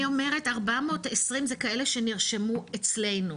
אני אומרת 420 זה כאלה שנרשמו אצלנו.